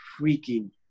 freaking